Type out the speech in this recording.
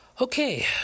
Okay